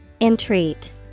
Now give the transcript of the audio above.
Entreat